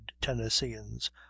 Tennesseans